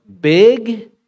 big